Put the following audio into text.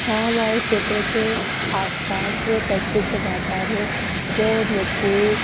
हाँ हमारे क्षेत्र के आसपास प्रसिद्ध बाजार हैं जो नेतपुर